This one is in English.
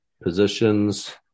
positions